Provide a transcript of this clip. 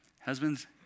husbands